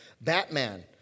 Batman